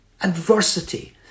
adversity